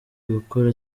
gukora